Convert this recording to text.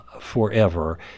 forever